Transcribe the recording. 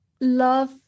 love